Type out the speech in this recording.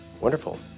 Wonderful